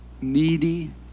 needy